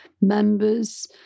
members